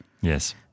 Yes